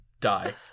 Die